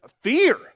fear